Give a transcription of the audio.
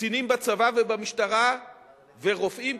קצינים בצבא ובמשטרה ורופאים,